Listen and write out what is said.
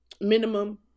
minimum